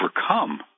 overcome